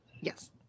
Yes